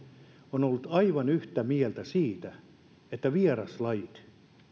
on ollut aivan yhtä mieltä siitä että vieraslajit